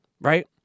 right